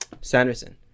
Sanderson